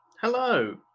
Hello